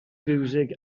fiwsig